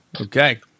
Okay